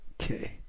Okay